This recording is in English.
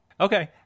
Okay